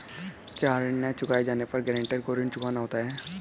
क्या ऋण न चुकाए जाने पर गरेंटर को ऋण चुकाना होता है?